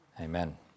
Amen